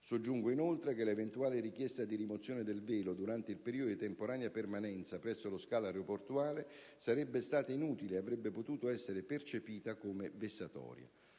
Soggiungo, inoltre, che l'eventuale richiesta di rimozione del velo durante il periodo di temporanea permanenza presso lo scalo aeroportuale sarebbe stata inutile ed avrebbe potuto essere percepita come vessatoria.